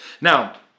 Now